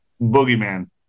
boogeyman